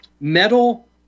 metal